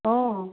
ꯑꯣ